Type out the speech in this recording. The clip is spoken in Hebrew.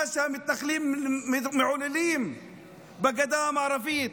מה המתנחלים מעוללים בגדה המערבית.